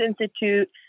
Institute